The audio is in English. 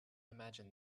imagine